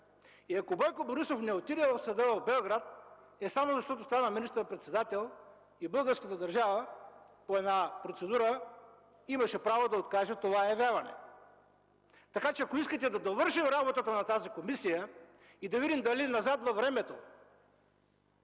И ако Бойко Борисов не отиде в съда в Белград, е само защото стана министър-председател и българската държава по една процедура имаше право да откаже това явяване. Така че, ако искате да довършим работата на тази комисия и да видим дали назад във времето